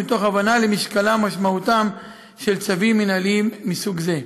ומתוך הבנה של משקלם ומשמעותם של צווים מינהליים מסוג זה.